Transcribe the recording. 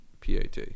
PAT